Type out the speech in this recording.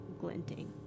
glinting